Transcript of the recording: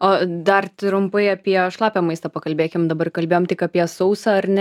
o dar trumpai apie šlapią maistą pakalbėkim dabar kalbėjom tik apie sausą ar ne